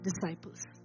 disciples